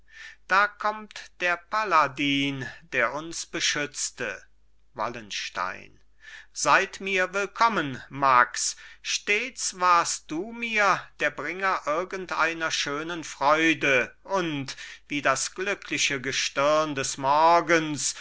da kommt der paladin der uns beschützte wallenstein sei mir willkommen max stets warst du mir der bringer irgendeiner schönen freude und wie das glückliche gestirn des morgens